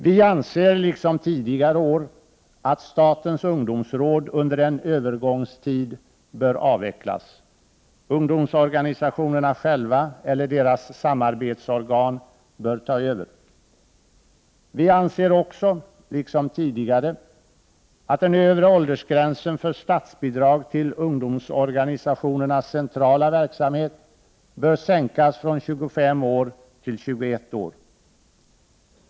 Vi anser — liksom tidigare år — att statens ungdomsråd under en övergångstid bör avvecklas. Ungdomsorganisationerna själva eller deras samarbetsorgan bör ta över. Vi anser också — liksom tidigare år — att den övre åldersgränsen för statsbidrag till ungdomsorganisationernas centrala verksamhet bör sänkas från 25 år till 21 år.